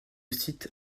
site